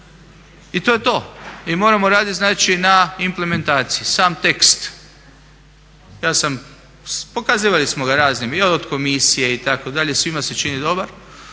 i to je to. Mi moramo raditi znači na implementaciji. Sam tekst. Ja sam, pokazivali smo ga raznim i od Komisije itd., svima se čini dobar,